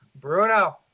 Bruno